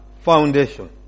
Foundation